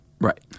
Right